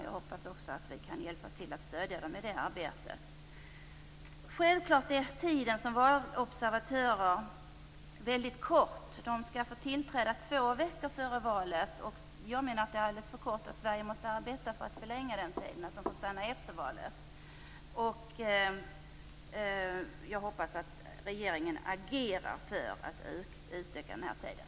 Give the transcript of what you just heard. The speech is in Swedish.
Jag hoppas att vi kan hjälpa till och stödja dem i det arbetet. Självklart är tiden som valobservatörerna får väldigt kort. De skall tillträda två veckor före valet. Jag menar att det är alldeles för kort tid och att Sverige måste arbeta för att förlänga den tiden och för att valobservatörerna får stanna efter valet. Jag hoppas att regeringen agerar för att utöka tiden.